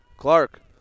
Clark